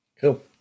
cool